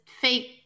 fake